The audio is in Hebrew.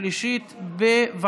התשפ"ב 2022,